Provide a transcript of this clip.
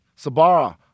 Sabara